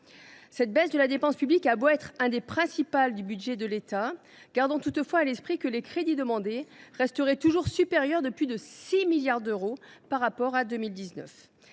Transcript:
Cette baisse de la dépense publique a beau être l’une des principales du budget de l’État cette année, gardons toutefois à l’esprit que les crédits demandés restent toujours supérieurs de plus de 6 milliards d’euros par rapport à ceux